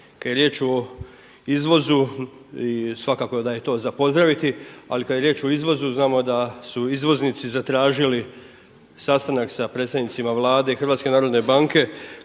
je riječ o izvozu svakako da je to za pozdraviti, ali kada je riječ o izvozu znamo da su izvoznici zatražili sastanak sa predstavnicima Vlade, HNB kako bi se